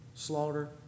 slaughter